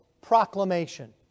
proclamation